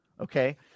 okay